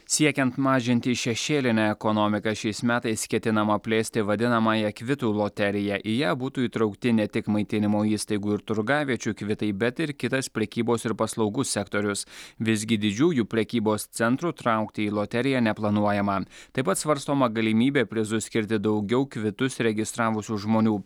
siekiant mažinti šešėlinę ekonomiką šiais metais ketinama plėsti vadinamąją kvitų loteriją į ją būtų įtraukti ne tik maitinimo įstaigų ir turgaviečių kvitai bet ir kitas prekybos ir paslaugų sektorius visgi didžiųjų prekybos centrų traukti į loteriją neplanuojama taip pat svarstoma galimybė prizus skirti daugiau kvitus registravusių žmonių